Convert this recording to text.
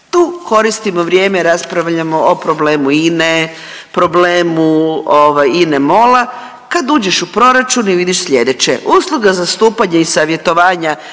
tu koristimo vrijeme, raspravljamo o problemu INA-e, problemu ovaj INA-MOL, kad uđeš u proračun i vidiš slijedeće, usluga zastupanja i savjetovanja